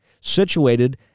situated